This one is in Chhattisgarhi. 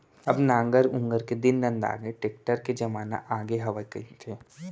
अब नांगर ऊंगर के दिन नंदागे, टेक्टर के जमाना आगे हवय कहिथें